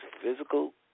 physical